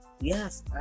Yes